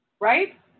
right